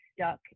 stuck